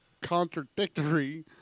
contradictory